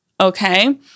okay